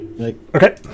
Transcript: Okay